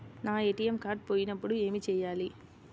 నా ATM card పోయినప్పుడు ఏమి చేయాలి?